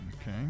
okay